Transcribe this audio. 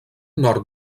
nord